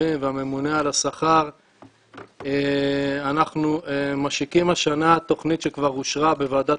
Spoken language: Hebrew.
התקציבים והממונה על השכר אנחנו משיקים השנה תכנית שכבר אושרה בוועדת